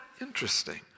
interesting